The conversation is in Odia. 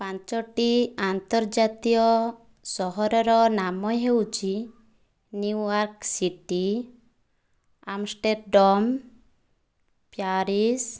ପାଞ୍ଚଟି ଆନ୍ତର୍ଜାତୀୟ ସହରର ନାମ ହେଉଛି ନ୍ୟୁୟର୍କ ସିଟି ଆମଷ୍ଟର୍ଡାମ ପ୍ୟାରିସ